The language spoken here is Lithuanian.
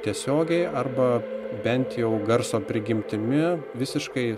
tiesiogiai arba bent jau garso prigimtimi visiškai